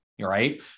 right